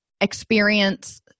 experience